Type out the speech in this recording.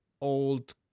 old